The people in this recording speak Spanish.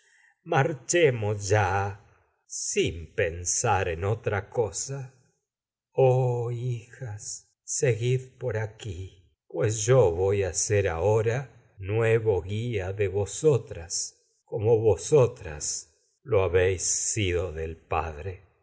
marchemos ya bdipo en colono sin pensar yo en otra ser cosa oh hijas seguid por aquí como pues voy lo a ahora sido nuevo guía de vosotras y no vosotras habéis del padre